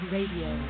Radio